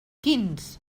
quins